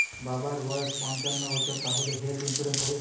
বাবার বয়স পঞ্চান্ন বছর তাহলে হেল্থ ইন্সুরেন্স হবে?